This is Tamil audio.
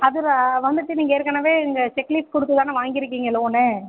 அதில் வந்துவிட்டு நீங்கள் ஏற்கனவே இங்கே செக்லீஃப் கொடுத்து தானே வாங்கிருக்கிங்க லோன்னு